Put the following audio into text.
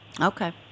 Okay